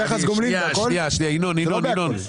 יחס גומלין?